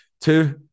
Two